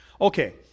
Okay